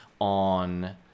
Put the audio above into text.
on